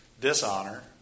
dishonor